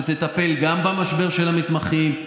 שתטפל גם במשבר של המתמחים,